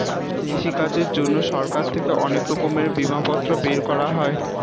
কৃষিকাজের জন্যে সরকার থেকে অনেক রকমের বিমাপত্র বের করা হয়